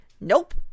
nope